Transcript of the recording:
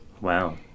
Wow